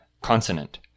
consonant